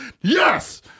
Yes